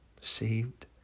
Saved